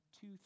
two